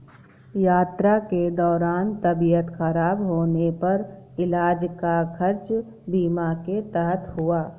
यात्रा के दौरान तबियत खराब होने पर इलाज का खर्च बीमा के तहत हुआ